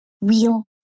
Real